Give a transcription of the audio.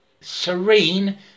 serene